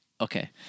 okay